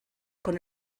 con